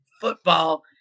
Football